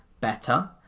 better